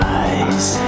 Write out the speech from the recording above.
eyes